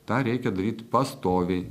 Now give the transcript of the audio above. tą reikia daryt pastoviai